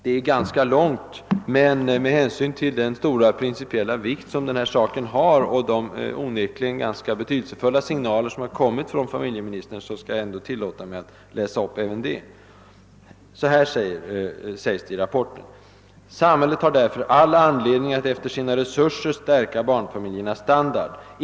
Det är ganska långt, men med hänsyn till den stora principiella vikt som denna fråga har och de onekligen ganska betydelsefulla signaler som kommit från familjeministern skall jag ändå tillåta mig att läsa upp även det. »Samhället har därför all anledning alt efter sina resurser stärka barnfamiljernas standard.